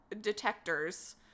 detectors